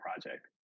project